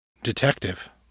Detective